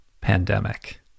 pandemic